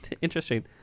interesting